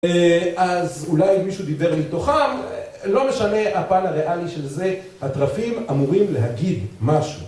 אז אולי מישהו דיבר מתוכם, לא משנה הפן הריאלי של זה, התרפים אמורים להגיד משהו.